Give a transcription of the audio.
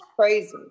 crazy